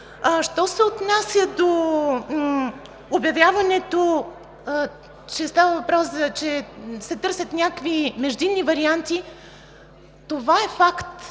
що се отнася до обявяването, че се търсят някакви междинни варианти, това е факт.